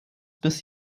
bis